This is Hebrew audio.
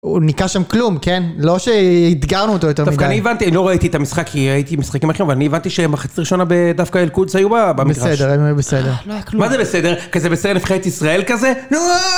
הוא ניקה שם כלום, כן? לא שהתגרנו אותו יותר מדי. דווקא אני הבנתי, לא ראיתי את המשחק, כי ראיתי משחקים אחרים, ואני הבנתי שהם החצי ראשון בדווקא אלקודס היו במגרש. בסדר, בסדר. מה זה בסדר? כזה בסדר נבחרת ישראל כזה?